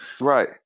Right